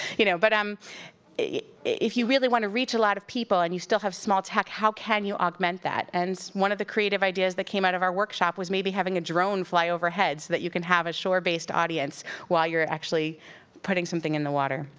you know. but um if you really wanna reach a lot of people, and you still have small tech, how can you augment that? and one of the creative ideas that came out of our workshop was maybe having a drone fly overhead, so that you can have a shore-based audience while you're actually putting something in the water.